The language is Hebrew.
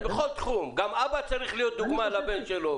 גם אבא צריך להיות דוגמה לבן שלו.